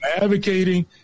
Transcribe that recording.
advocating